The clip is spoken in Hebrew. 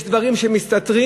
יש דברים שמסתתרים,